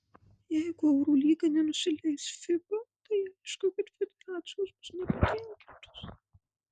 jeigu eurolyga nenusileis fiba tai aišku kad federacijos bus nepatenkintos